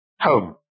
Home